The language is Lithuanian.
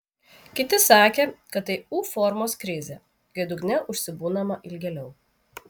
kiti sakė kad tai u formos krizė kai dugne užsibūnama ilgėliau